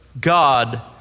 God